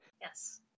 Yes